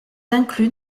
inclus